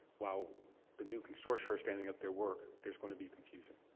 while the new consortia are standing up their work, there's going to be confusion.